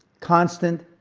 constant,